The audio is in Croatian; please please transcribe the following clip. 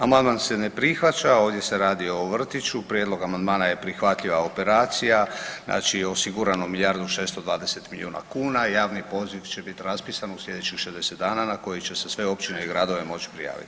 Amandman se ne prihvaća, ovdje se radi o vrtiću, prijedlog amandmana je prihvatljiva operacija znači osigurano milijardu 620 milijuna kuna javni poziv će bit raspisan u sljedećih 60 dana na koji će se sve općine i gradovi moći prijaviti.